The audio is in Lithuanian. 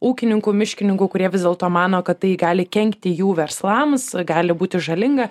ūkininkų miškininkų kurie vis dėlto mano kad tai gali kenkti jų verslams gali būti žalinga